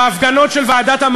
הכנסת,